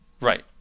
Right